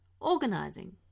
organising